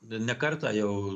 ne kartą jau